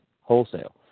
wholesale